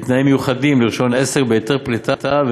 בתנאים מיוחדים לרישיון עסק ובהיתר פליטה,